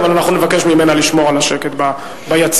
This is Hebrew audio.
אבל אנחנו נבקש ממנה לשמור על השקט ביציע.